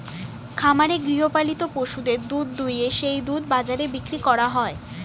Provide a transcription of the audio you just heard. খামারে গৃহপালিত পশুদের দুধ দুইয়ে সেই দুধ বাজারে বিক্রি করা হয়